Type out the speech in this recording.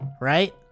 Right